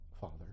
Father